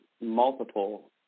multiple